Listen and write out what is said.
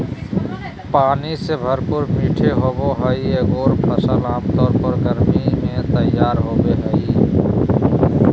पानी से भरपूर मीठे होबो हइ एगोर फ़सल आमतौर पर गर्मी में तैयार होबो हइ